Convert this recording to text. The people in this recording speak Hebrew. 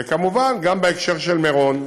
וכמובן, גם בהקשר של מירון,